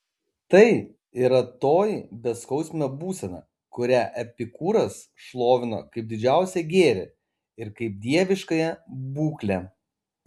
tai yra toji beskausmė būsena kurią epikūras šlovino kaip didžiausią gėrį ir kaip dieviškąją būklę